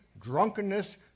drunkenness